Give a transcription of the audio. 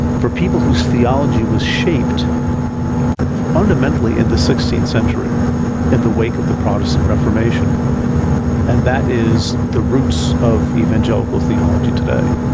for people whose theology was shaped fundamentally in the sixteenth century and the wake of the protestant reformation and that is the roots of evangelical theology today.